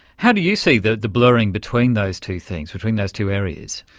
how do you see the the blurring between those two things, between those two areas?